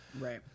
Right